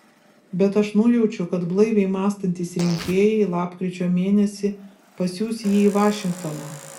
bet aš nujaučiu kad blaiviai mąstantys rinkėjai lapkričio mėnesį pasiųs jį į vašingtoną